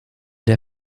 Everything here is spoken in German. der